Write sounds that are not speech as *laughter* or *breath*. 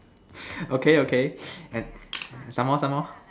*breath* okay okay and some more some more